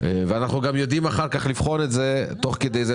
אנחנו גם יודעים אחר כך לבחון את זה תוך כדי זה,